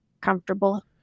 comfortable